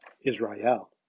Israel